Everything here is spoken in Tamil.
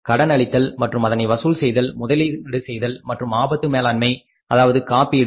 கடன் அளித்தல் மற்றும் அதனை வசூல் செய்தல் முதலீடு செய்த மற்றும் ஆபத்து மேலாண்மை அதாவது காப்பீடு